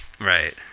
Right